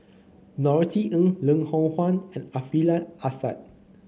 Norothy Ng Loh Hoong Kwan and Alfian Sa'at